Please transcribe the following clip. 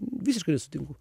visiškai nesutinku